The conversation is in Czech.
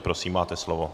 Prosím, máte slovo.